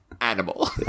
Animal